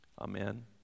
Amen